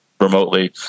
remotely